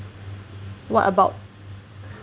what about